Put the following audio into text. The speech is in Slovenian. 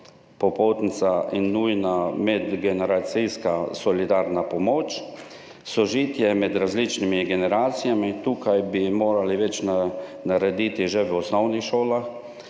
popotnica in nujna medgeneracijska solidarna pomoč, sožitje med različnimi generacijami. Tukaj bi morali več narediti že v osnovnih šolah,